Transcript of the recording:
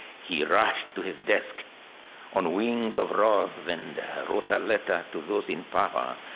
he rushed to his desk on wings of wrath and wrote a letter to those in power.